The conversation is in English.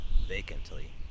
vacantly